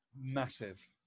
Massive